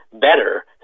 better